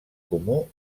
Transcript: comú